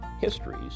histories